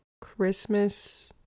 Christmas